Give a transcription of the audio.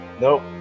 nope